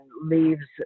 leaves